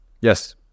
Yes